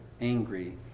angry